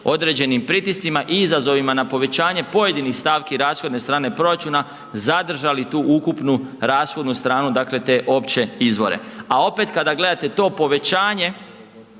određenim pritiscima i izazovima na povećanje pojedinih stavki rashodne strane proračuna, zadržali tu ukupnu rashodnu stranu, dakle te opće izvore a opet kada gledate to povećanje,